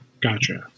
Gotcha